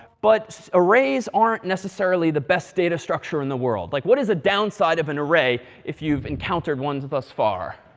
but arrays aren't necessarily the best data structure in the world. like, what is a downside of an array if you've encountered ones thus far.